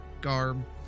garb